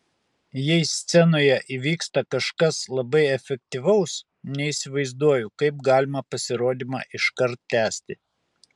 jei scenoje įvyksta kažkas labai efektyvaus neįsivaizduoju kaip galima pasirodymą iškart tęsti